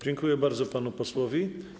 Dziękuję bardzo panu posłowi.